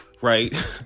right